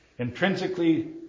Intrinsically